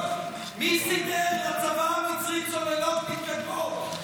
מי סידר לצבא המצרי צוללות מתקדמות?